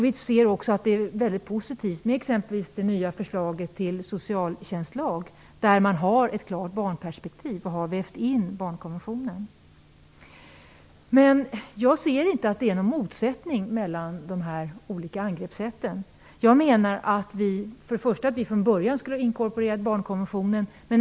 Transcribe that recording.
Vi ser också att det är mycket positivt med exempelvis det nya förslaget till socialtjänstlag, där man har ett klart barnperspektiv och har vävt in barnkonventionen. Jag ser ingen motsättning mellan de här olika angreppssätten. Jag menar att vi från början skulle ha inkorporerat barnkonventionen.